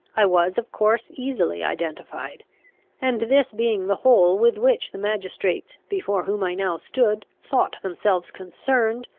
i was of course easily identified and, this being the whole with which the magistrates before whom i now stood thought themselves concerned,